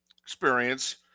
experience